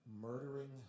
murdering